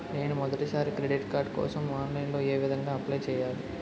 నేను మొదటిసారి credit card కోసం ఆన్లైన్ లో ఏ విధంగా అప్లై చేయాలి?